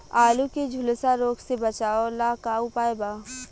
आलू के झुलसा रोग से बचाव ला का उपाय बा?